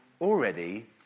already